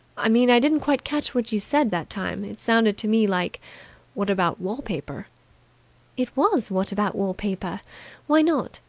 i mean, i didn't quite catch what you said that time. it sounded to me like what about wall-paper it was what about wall-paper why not?